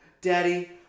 daddy